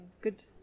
good